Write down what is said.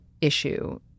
issue